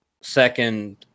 second